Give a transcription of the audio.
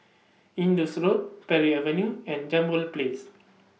Indus Road Parry Avenue and Jambol Place